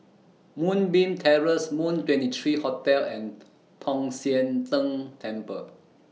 Moonbeam Terrace Moon twenty three Hotel and Tong Sian Tng Temple